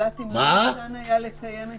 זולת אם ניתן היה לקיים את ההתייעצות.